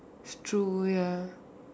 it's true ya